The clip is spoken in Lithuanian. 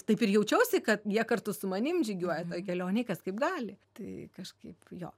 taip ir jaučiausi kad jie kartu su manim žygiuoja toj kelionėj kas kaip gali tai kažkaip jo